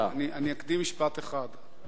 אני אקדים משפט אחד,